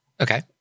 okay